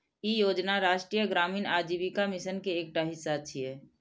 ई योजना राष्ट्रीय ग्रामीण आजीविका मिशन के एकटा हिस्सा छियै